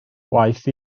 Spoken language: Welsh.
waeth